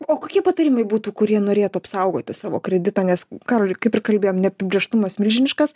o kokie patarimai būtų kurie norėtų apsaugoti savo kreditą nes karoli kaip ir kalbėjom neapibrėžtumas milžiniškas